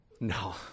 No